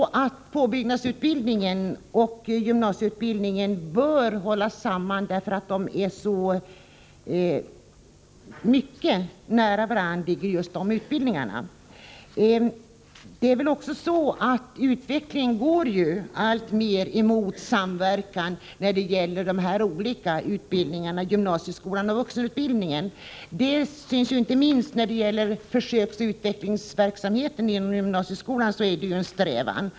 Påbyggnadsutbildningen och gymnasieutbildningen bör hållas samman därför att de ligger så nära varandra. Utvecklingen går ju också alltmera mot samverkan mellan gymnasieskolan och vuxenutbildningen. Inte minst i fråga om försöksoch utvecklingsverksamheten inom gymnasieskolan är ju detta en strävan.